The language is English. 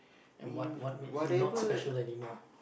and what what made him not special anymore